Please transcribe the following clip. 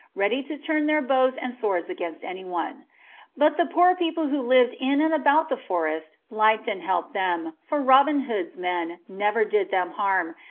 ready to turn their bows and swords against anyone but the poor people who lived in and about the forest liked and helped them, for robin hood's men never did them harm,